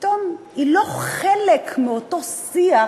פתאום היא לא חלק מאותו שיח